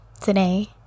today